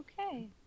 Okay